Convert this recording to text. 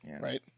Right